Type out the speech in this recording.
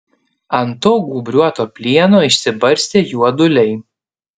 ant to gūbriuoto plieno išsibarstę juoduliai